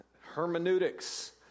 hermeneutics